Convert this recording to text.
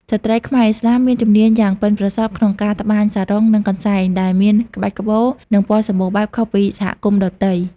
ស្ត្រីខ្មែរឥស្លាមមានជំនាញយ៉ាងប៉ិនប្រសប់ក្នុងការត្បាញសារុង និងកន្សែង ដែលមានក្បាច់ក្បូរ និងពណ៌សំបូរបែបខុសពីសហគមន៍ដទៃ។